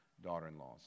daughter-in-laws